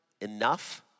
enough